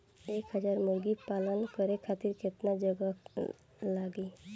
एक हज़ार मुर्गी पालन करे खातिर केतना जगह लागी?